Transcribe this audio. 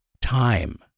Time